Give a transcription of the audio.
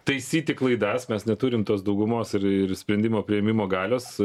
taisyti klaidas mes neturim tos daugumos ir ir sprendimo priėmimo galios